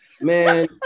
man